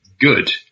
good